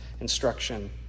instruction